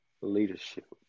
leadership